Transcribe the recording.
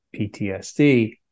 PTSD